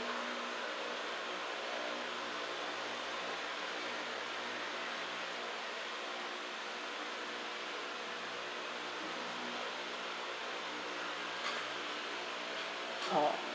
uh